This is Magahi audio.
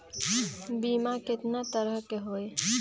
बीमा केतना तरह के होइ?